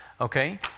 Okay